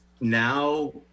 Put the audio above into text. now